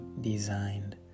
designed